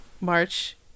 March